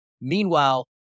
Meanwhile